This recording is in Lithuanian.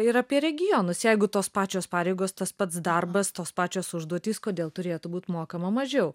ir apie regionus jeigu tos pačios pareigos tas pats darbas tos pačios užduotys kodėl turėtų būt mokama mažiau